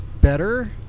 better